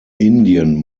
indian